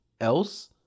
else